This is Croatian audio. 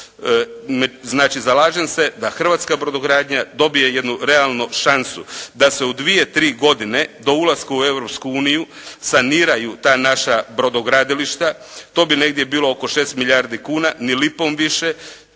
Znači zalažem se da hrvatska brodogradnja dobije jednu realnu šansu da se u 2, 3 godine do ulaska u Europsku uniju saniraju ta naša brodogradilišta, to bi negdje bilo oko 6 milijardi kuna, ni lipom više